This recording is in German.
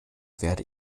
werde